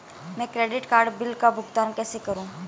मैं credit card bill का भुगतान कैसे करूं?